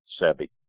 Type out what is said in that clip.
Sebi